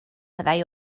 fyddai